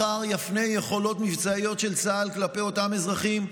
מחר יפנה יכולות מבצעיות של צה"ל כלפי אותם אזרחים,